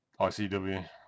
ICW